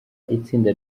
itsinda